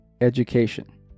education